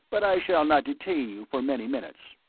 but i shall not detain you for many minutes.